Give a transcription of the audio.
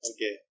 Okay